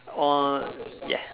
on ya